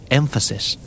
emphasis